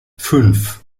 fünf